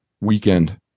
weekend